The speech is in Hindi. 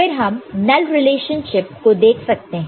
फिर हम नल रिलेशनशिप को देख सकते हैं